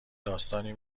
داستانی